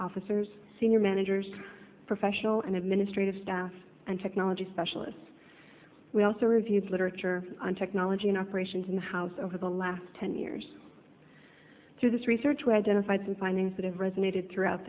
officers senior managers professional and administrative staff and technology specialists we also reviewed literature on technology and operations in the house over the last ten years through this research we identified some findings that have resonated throughout